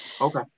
Okay